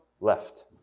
left